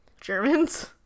Germans